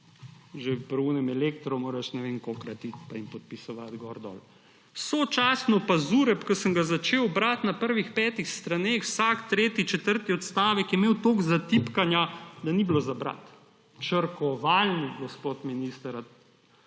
Že pri elektro moraš ne vem kolikokrat iti pa jim podpisovati, gor, dol. Sočasno pa je imel ZUreP, ko sem ga začel brati na prvih petih straneh, vsak tretji, četrti odstavek je imel toliko zatipkanega, da ni bilo za brati. Črkovalnik, gospod minister,